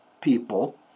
people